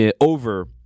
over